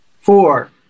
Four